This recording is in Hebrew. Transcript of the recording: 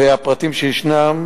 והפרטים שישנם,